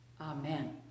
Amen